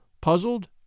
puzzled